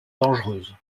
dangereuse